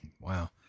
Wow